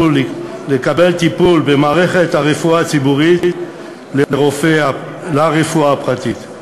לקבלת טיפול במערכת הרפואה הציבורית לרפואה הפרטית,